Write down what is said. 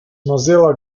mozilla